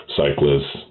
cyclists